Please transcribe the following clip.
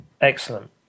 excellent